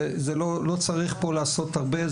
לא צריך לעשות פה הרבה,